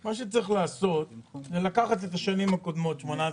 מה שצריך לעשות זה לקחת את השנים הקודמות, 18'-19'